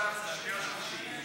חבר הכנסת איציק שמולי,